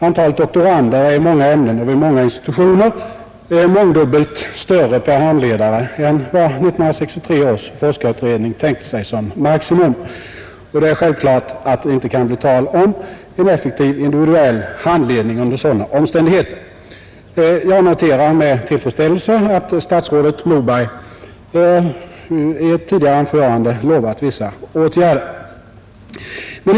Antalet doktorander är i många ämnen och vid många institutioner mångdubbelt större per handledare än vad 1963 års forskarutredning tänkte sig som maximum Det kan självklart inte bli tal om en effektiv individuell handledning under sådana omständigheter. Jag noterar dock med tillfredsställelse att statsrådet Moberg i ett tidigare anförande lovat vissa åtgärder.